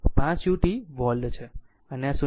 5 u volt છે અને આ 0